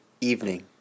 Evening